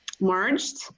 merged